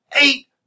Eight